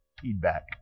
feedback